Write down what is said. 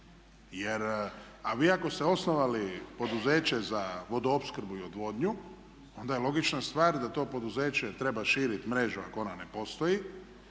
A vi ako ste osnovali poduzeće za vodoopskrbu i odvodnju onda je logična stvar da to poduzeće treba širiti mrežu ako ona ne postoji